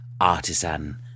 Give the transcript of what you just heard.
artisan